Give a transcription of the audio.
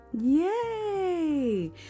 Yay